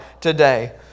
today